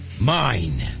MINE